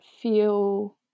feel